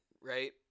right